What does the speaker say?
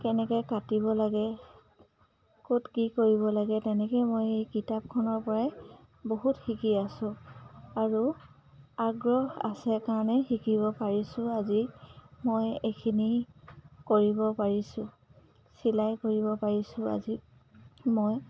কেনেকৈ কাটিব লাগে ক'ত কি কৰিব লাগে তেনেকৈ মই এই কিতাপখনৰ পৰাই বহুত শিকি আছোঁ আৰু আগ্ৰহ আছে কাৰণে শিকিব পাৰিছোঁ আজি মই এইখিনি কৰিব পাৰিছোঁ চিলাই কৰিব পাৰিছোঁ আজি মই